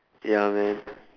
ya man